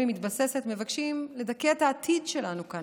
היא מתבססת מבקשים לדכא את העתיד שלנו כאן,